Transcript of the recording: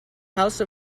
house